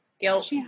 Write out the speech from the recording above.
guilt